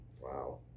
Wow